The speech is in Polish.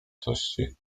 tości